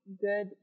good